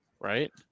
right